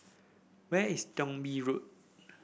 where is Thong Bee Road